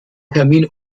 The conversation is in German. termin